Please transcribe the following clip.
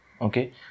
okay